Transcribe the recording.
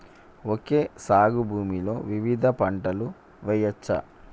Okay సాగు భూమిలో వివిధ పంటలు వెయ్యచ్చా?